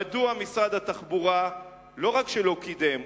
מדוע משרד התחבורה לא רק שלא קידם,